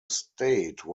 state